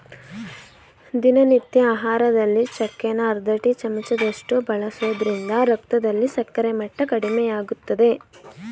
ದಿನನಿತ್ಯ ಆಹಾರದಲ್ಲಿ ಚಕ್ಕೆನ ಅರ್ಧ ಟೀ ಚಮಚದಷ್ಟು ಬಳಸೋದ್ರಿಂದ ರಕ್ತದಲ್ಲಿ ಸಕ್ಕರೆ ಮಟ್ಟ ಕಡಿಮೆಮಾಡ್ತದೆ